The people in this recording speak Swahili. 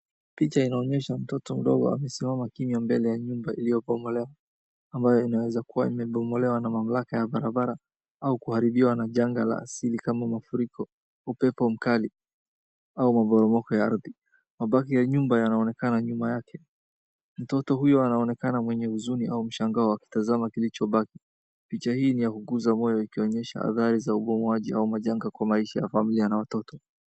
Picha inaonyesha mtoto mdogo amesimama kimya mbele ya nyumba iliyobomolewa; amabayo inaweza kuwa imebomolewa na mamlaka ya barabara au kuharibiwa na janga la asili kama mafuriko, upepo mkali au maporomoko ya ardhi. Mabaki ya nyumba yanaonekana nyuma yake. Mtoto huyo anonekana mwenye huzuni au mshangao akitazama kilichobaki. Picha hii ni ya kuguza moyo ikionyesha hatari za ubomoaji au majanga kwa maisha ya familia na watoto.